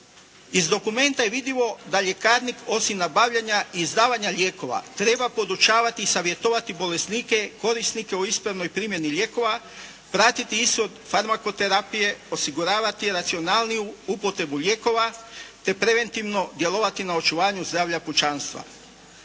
Iz dokumenta je vidljivo da ljekarnik osim nabavljanja i izdavanja lijekova treba podučavati i savjetovati bolesnike, korisnike o ispravnoj primjeni lijekova, pratiti ishod farmakoterapije, osigurati racionalniju upotrebu lijekova te preventivno djelovati na očuvanju zdravlja pučanstva.